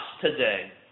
today